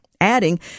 Adding